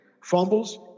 fumbles